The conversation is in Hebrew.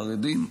חרדים,